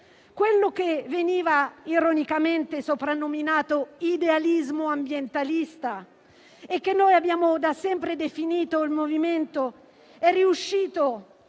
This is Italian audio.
Quello che veniva ironicamente soprannominato idealismo ambientalista, e che noi abbiamo da sempre definito movimento, è riuscito